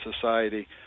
society